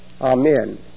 Amen